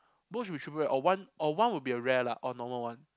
both should be triple rare or one or one will be a rare or normal one